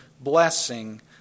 blessing